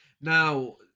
Now